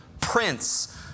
Prince